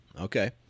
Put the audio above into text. okay